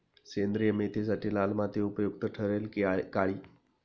सेंद्रिय मेथीसाठी लाल माती उपयुक्त ठरेल कि काळी?